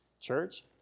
church